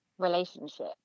relationship